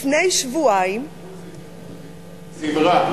לפני שבועיים, מוזיקה, מוזיקה, זמרה.